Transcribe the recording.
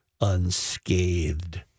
unscathed